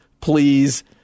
please